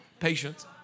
patience